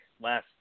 last